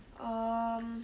um